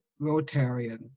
Rotarian